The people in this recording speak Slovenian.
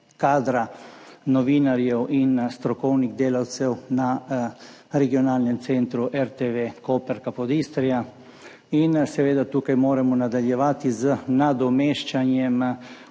kadra novinarjev in strokovnih delavcev na Regionalnem RTV centru Koper Capodistria. Tukaj moramo nadaljevati z nadomeščanjem